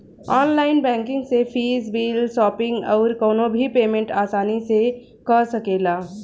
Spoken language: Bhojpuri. ऑनलाइन बैंकिंग से फ़ीस, बिल, शॉपिंग अउरी कवनो भी पेमेंट आसानी से कअ सकेला